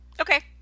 Okay